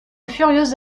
furieuse